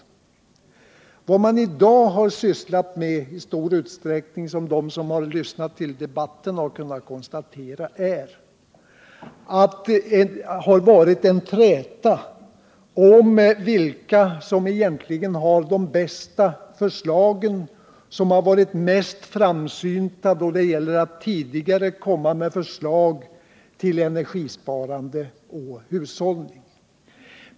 Vad man i dag i stor utsträckning har sysslat med, vilket de som lyssnat till debatten har kunnat konstatera, har varit en träta om vilka som egentligen har de bästa förslagen, om vilka som har varit mest framsynta då det gäller att tidigare komma med förslag till energisparande och hushållning.